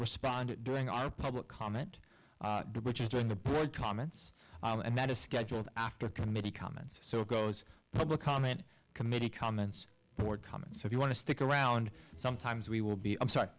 respond it during our public comment which is during the break comments and that is scheduled after committee comments so goes public comment committee comments board comments if you want to stick around sometimes we will be i'm sorry